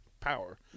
power